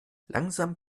langsam